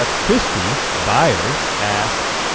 ah christie byers asks,